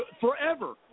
forever